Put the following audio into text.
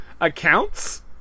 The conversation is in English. accounts